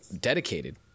dedicated